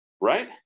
right